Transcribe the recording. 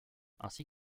ainsi